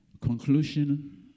Conclusion